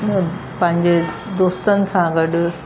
पंहिंजे दोस्तनि सां गॾु